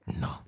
No